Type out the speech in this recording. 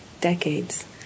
decades